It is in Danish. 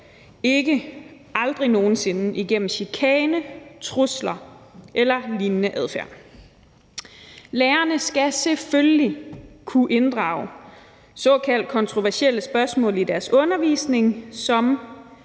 – aldrig nogen sinde i gennem chikane, trusler eller lignende adfærd. Lærerne skal selvfølgelig kunne inddrage såkaldt kontroversielle spørgsmål i deres undervisning, som